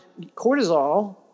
cortisol